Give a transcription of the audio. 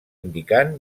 indicant